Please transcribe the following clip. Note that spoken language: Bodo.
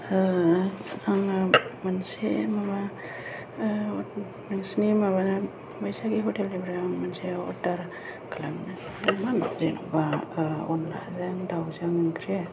आङो मोनसे माबा नोंसिनि माबाना बैसागि हटेलनिफ्राय आं मोनसे अर्डार खालामनो नागिरदोंमोन जेनेबा अनलाजों दाउजों ओंख्रि